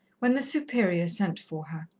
when the superior sent for her.